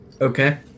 Okay